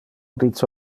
dice